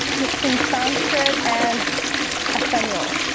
mixing sanskrit and espanol